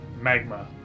magma